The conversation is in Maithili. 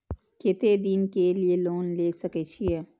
केते दिन के लिए लोन ले सके छिए?